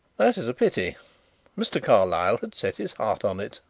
that is a pity mr. carlyle had set his heart on it.